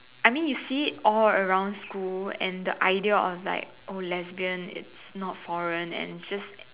I think you see it all around school and the idea of like oh lesbian it's not foreign and it's just